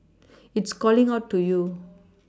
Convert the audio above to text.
it's calling out to you